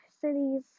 cities